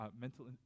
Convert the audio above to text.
mental